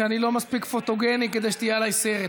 שאני לא מספיק פוטוגני כדי שיהיה עליי סרט.